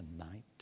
tonight